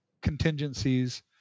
contingencies